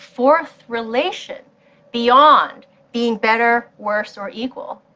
fourth relation beyond being better, worse or equal,